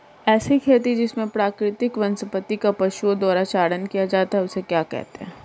ऐसी खेती जिसमें प्राकृतिक वनस्पति का पशुओं द्वारा चारण किया जाता है उसे क्या कहते हैं?